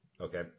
Okay